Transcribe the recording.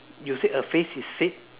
you said a phrase is said